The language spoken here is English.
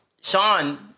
Sean